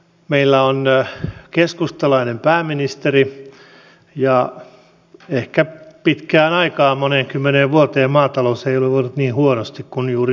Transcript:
meillä on keskustalainen pääministeri ja ehkä pitkään aikaan moneen kymmeneen vuoteen maatalous ei ole voinut niin huonosti kuin juuri nyt